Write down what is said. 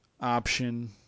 option